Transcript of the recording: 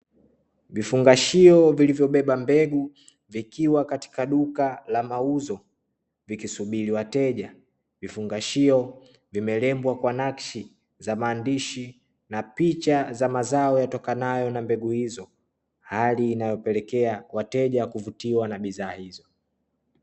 Vifungashio vilivyobeba mbegu vikiwa katika duka la mauzo vikisubiri wateja vifungashio vimelengwa kwa nakshi za maandishi na picha za mazao yatokanayo na mbegu hizo hali inayopelekea wateja kufutiwa na bidhaa hizo